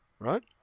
right